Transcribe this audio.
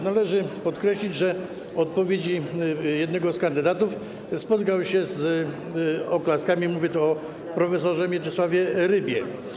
Należy podkreślić, że odpowiedzi jednego z kandydatów spotykały się z oklaskami, mówię tu o prof. Mieczysławie Rybie.